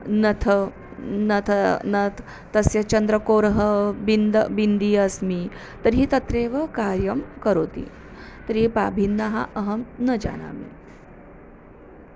न थ न त नत् तस्य चन्द्रकोरः बिन्दुः बिन्दी अस्मि तर्हि तत्रैव कार्यं करोति तर्हि पा भिन्नाः अहं न जानामि